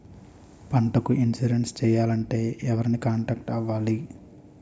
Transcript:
పంటకు ఇన్సురెన్స్ చేయాలంటే ఎవరిని కాంటాక్ట్ అవ్వాలి?